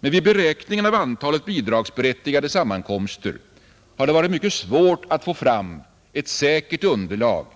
Men vid beräkningen av antalet bidragsberättigade sammankomster har det varit mycket svårt att få fram ett säkert underlag,